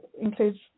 includes